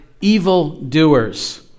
evildoers